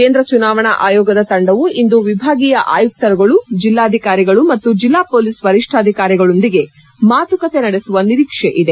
ಕೇಂದ್ರ ಚುನಾವಣಾ ಆಯೋಗದ ತಂಡವು ಇಂದು ವಿಭಾಗೀಯ ಆಯುಕ್ತರುಗಳು ಜಿಲ್ಲಾಧಿಕಾರಿಗಳು ಮತ್ತು ಜಿಲ್ಲಾ ಪೊಲೀಸ್ ವರಿಷ್ಣಾಧಿಕಾರಿಗಳೊಂದಿಗೆ ಮಾತುಕತೆ ನಡೆಸುವ ನಿರೀಕ್ಷೆ ಇದೆ